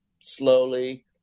slowly